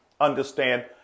understand